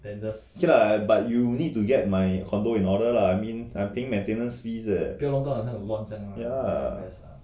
ya but you need to get my condo in order lah I means I'm paying maintenance fees eh ya